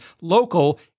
local